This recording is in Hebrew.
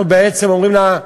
אנחנו בעצם אומרים לה: